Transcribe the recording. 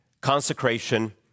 consecration